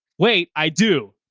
wait, i do.